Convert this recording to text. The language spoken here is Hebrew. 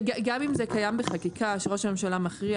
גם אם זה קיים בחקיקה שראש הממשלה מכריע,